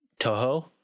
Toho